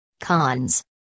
Cons